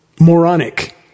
moronic